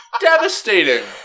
devastating